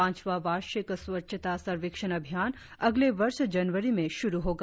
पांचवां वार्षिक स्वच्छता सर्वेक्षण अभियान अगले वर्ष जनवरी में शुरु होगा